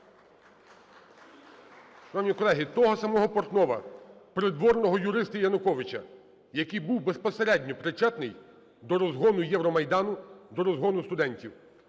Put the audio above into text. Шановні колеги, того самого Портнова, "придворного" юриста Януковича, який був безпосередньо причетний до розгону Євромайдану, до розгону студентів.